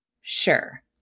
Sure